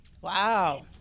Wow